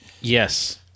Yes